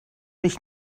nicht